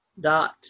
dot